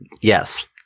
Yes